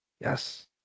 Yes